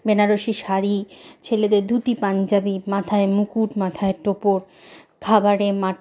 বেনারসি শাড়ি ছেলেদের ধুতি পাঞ্জাবি মাথায় মুকুট মাথায় টোপর খাবারে